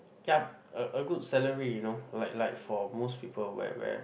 ya a a good salary you know like like for most people where where